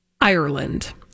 Ireland